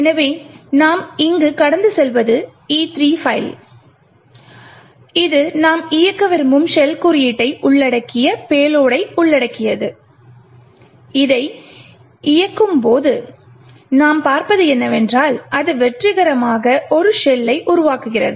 எனவே நாம் இங்கு கடந்து செல்வது E3 பைல் ஆகும் இது நாம் இயக்க விரும்பும் ஷெல் குறியீட்டை உள்ளடக்கிய பேலோடை உள்ளடக்கியது இதை இயக்கும்போது நாம் பார்ப்பது என்னவென்றால் அது வெற்றிகரமாக ஒரு ஷெல்லை உருவாக்குகிறது